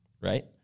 right